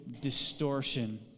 distortion